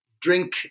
drink